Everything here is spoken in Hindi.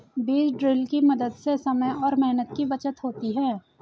बीज ड्रिल के मदद से समय और मेहनत की बचत होती है